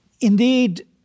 Indeed